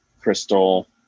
crystal